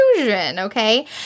okay